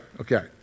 Okay